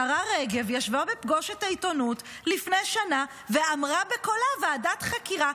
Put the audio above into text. השרה רגב ישבה בפגוש את העיתונות לפני שנה ואמרה בקולה: ועדת חקירה.